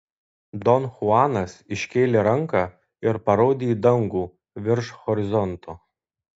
don chuanas iškėlė ranką ir parodė į dangų virš horizonto